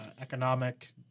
economic